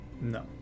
No